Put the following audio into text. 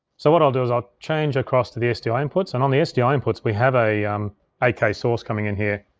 so what i'll do is i'll change across to the sdi inputs, and on the sdi inputs, we have a um eight k source coming in here,